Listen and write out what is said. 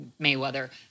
Mayweather